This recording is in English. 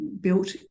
built